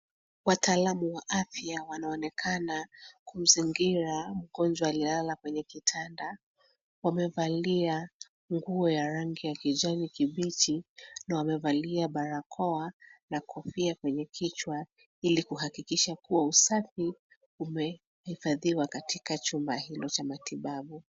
Wataalamu wa afya wanaonekana kumzingira mgonjwa aliyelala kwenye kitanda. Wamevalia nguo ya rangi ya kijani kibichi na wamevalia barakoa na kofia kwenye kichwa ili kuhakikisha kuwa usafi umehifadhiwa katika chumba hilo cha matibabu.